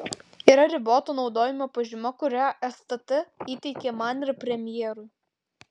yra riboto naudojimo pažyma kurią stt įteikė man ir premjerui